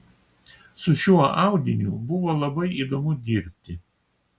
su šiuo audiniu buvo labai įdomu dirbti